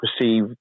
perceive